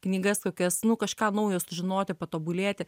knygas kokias nu kažką naujo sužinoti patobulėti